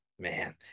man